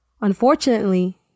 Unfortunately